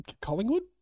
Collingwood